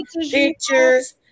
pictures